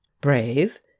Brave